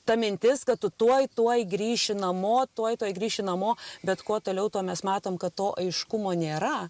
ta mintis kad tu tuoj tuoj grįši namo tuoj tuoj grįši namo bet kuo toliau tuo mes matom kad to aiškumo nėra